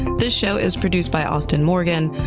this show is produced by austin morgan.